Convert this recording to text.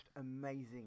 amazing